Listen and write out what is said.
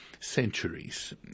centuries